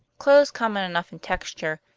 clothes common enough in texture,